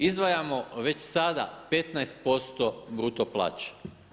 Izdvajamo već sada 15% bruto plaće.